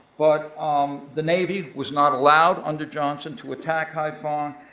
but um the navy was not allowed under johnson to attack haiphong,